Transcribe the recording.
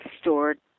stored